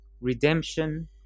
redemption